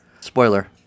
Spoiler